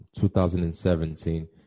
2017